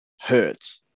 hurts